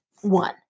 one